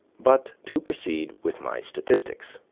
but to proceed with my statistics.